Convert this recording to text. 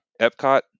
Epcot